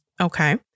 okay